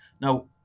Now